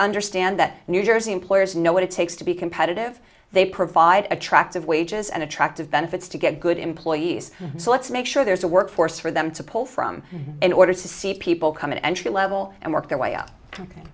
understand that new jersey employers know what it takes to be competitive they provide attractive wages and attractive benefits to get good employees so let's make sure there's a workforce for them to pull from in order to see people come in entry level and work their way out